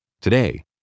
Today